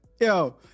Yo